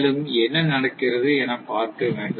மேலும் என்ன நடக்கிறது என பார்க்க வேண்டும்